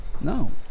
No